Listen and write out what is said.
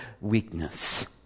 weakness